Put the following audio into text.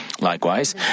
Likewise